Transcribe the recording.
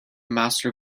master